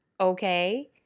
okay